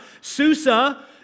Susa